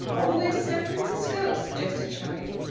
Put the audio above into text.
all the way to san francisco, suggested charley.